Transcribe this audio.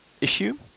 issue